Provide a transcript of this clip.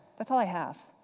that's all i have.